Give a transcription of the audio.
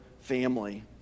family